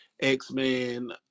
X-Men